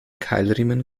keilriemen